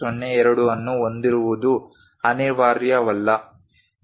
02 ಅನ್ನು ಹೊಂದಿರುವುದು ಅನಿವಾರ್ಯವಲ್ಲ